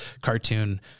cartoon